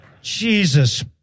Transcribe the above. jesus